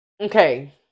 okay